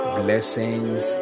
blessings